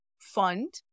fund